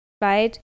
right